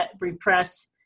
repress